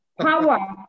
power